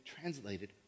translated